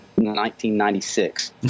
1996